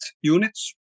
units